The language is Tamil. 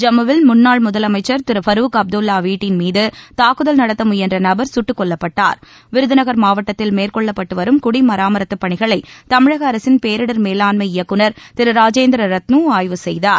ஜம்முவில் முன்னாள் முதலமைச்சர் திரு பரூக் அப்துல்லா வீட்டின் மீது தாக்குதல் நடத்த முயன்ற நபர் சுட்டுக் கொல்லப்பட்டார் விருதுநகர் மாவட்டத்தில் மேற்கொள்ளப்பட்டு வரும் குடிமராமத்துப் பணிகளை தமிழக அரசின் பேரிடர் மேலாண்மை இயக்குநர் திரு ராஜேந்திர ரத்னு ஆய்வு செய்தார்